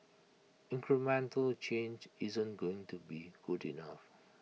incremental change isn't going to be good enough